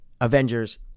Avengers